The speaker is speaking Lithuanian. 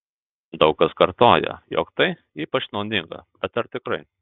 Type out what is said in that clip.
daug kas kartoja jog tai ypač naudinga bet ar tikrai